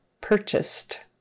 Purchased